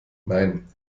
nein